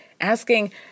asking